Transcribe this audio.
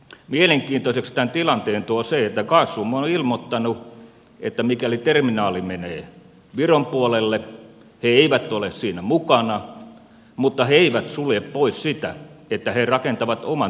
mielenkiintoiseksi tämän tilanteen tuo se että gasum on ilmoittanut että mikäli terminaali menee viron puolelle he eivät ole siinä mukana mutta he eivät sulje pois sitä että he rakentavat oman terminaalin suomeen